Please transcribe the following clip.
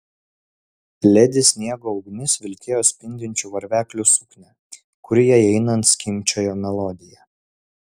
ledi sniego ugnis vilkėjo spindinčių varveklių suknią kuri jai einant skimbčiojo melodiją